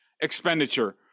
expenditure